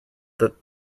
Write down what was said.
that